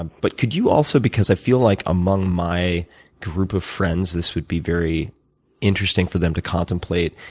and but could you also, because i feel like, among my group of friends, this would be very interesting for them to contemplate,